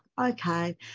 okay